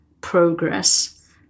progress